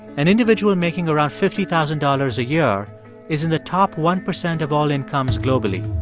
an individual making around fifty thousand dollars a year is in the top one percent of all incomes globally.